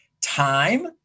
time